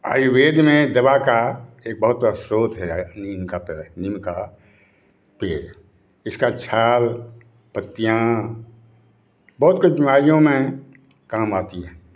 आयुर्वेद में दबा का एक बहुत बड़ा स्त्रोत है नीम का पेड़ नीम का पेड़ इसका छाल परतियाँ बहुत कोई बीमारियों में काम आती है